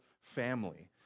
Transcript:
family